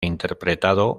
interpretado